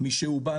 משהוא בא,